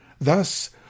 Thus